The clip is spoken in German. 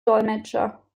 dolmetscher